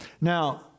Now